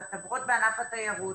אלה חברות בענף התיירות